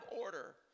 order